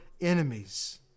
enemies